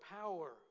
power